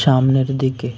সামনের দিকে